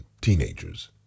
teenagers